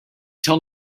tell